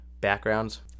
backgrounds